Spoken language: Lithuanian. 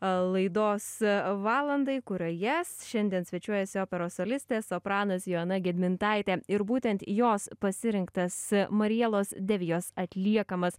laidos valandai kurioje šiandien svečiuojasi operos solistė sopranas joana gedmintaitė ir būtent jos pasirinktas marielos devijas atliekamas